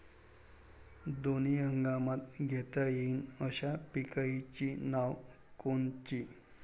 दोनी हंगामात घेता येईन अशा पिकाइची नावं कोनची?